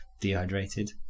dehydrated